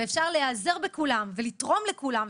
להיעזר ולתרום לכולם.